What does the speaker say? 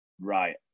right